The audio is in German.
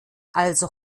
also